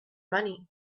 money